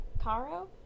Caro